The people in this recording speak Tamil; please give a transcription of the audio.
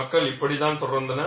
மக்கள் இப்படித்தான் தொடர்ந்தனர்